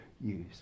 use